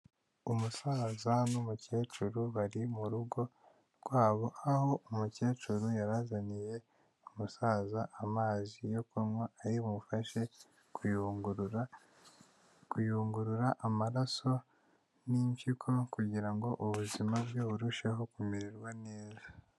Umusaza n'umukecuru bari mu rugo rwabo, aho umukecuru yari azaniye umusaza amazi yo kunywa, ari bumufashe kuyungurura, kuyungurura amaraso n'impyiko kugira ngo ubuzima bwe burusheho kumererwa neza.